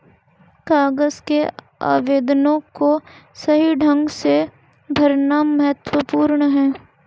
कागज के आवेदनों को सही ढंग से भरना महत्वपूर्ण है